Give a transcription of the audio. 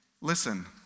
listen